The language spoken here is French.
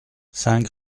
cinq